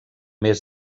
més